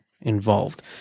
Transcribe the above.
involved